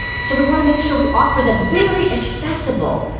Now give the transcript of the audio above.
so we want to make sure we offer them very accessible,